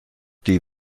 die